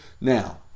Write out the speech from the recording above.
Now